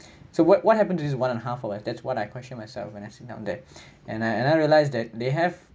so what what happened to this one and a half hour that's what I question myself when I sit down there and I and I realize that they have